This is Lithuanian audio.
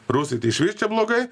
rusai tai išvis čia blogai